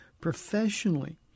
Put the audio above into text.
professionally